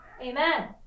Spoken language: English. Amen